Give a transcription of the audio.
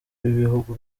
b’ibihugu